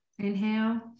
Inhale